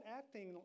acting